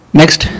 next